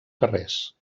carrers